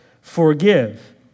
forgive